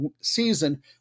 season